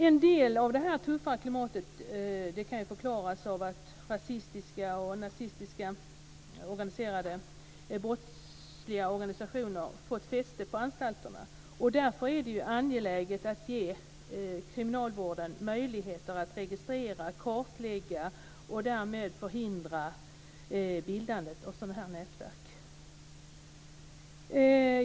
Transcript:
En del av det tuffa klimatet kan förklaras av att rasistiska, nazistiska och brottsliga organisationer fått fäste på anstalterna. Därför är det angeläget att ge kriminalvården möjligheter att registrera, kartlägga och därmed förhindra bildandet av sådana nätverk.